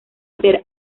hacer